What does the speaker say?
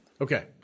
Okay